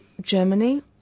Germany